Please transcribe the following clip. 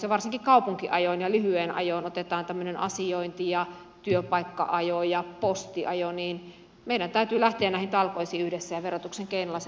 ja varsinkin kaupunkiajossa ja lyhyessä ajossa otetaan tämmöinen asiointi työpaikka ajo ja postiajo meidän täytyy lähteä näihin talkoisiin yhdessä ja verotuksen keinoilla se voisi olla mahdollista